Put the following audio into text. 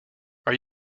are